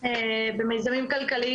במיזמים כלכליים,